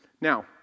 Now